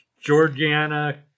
Georgiana